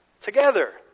together